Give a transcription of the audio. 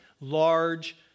large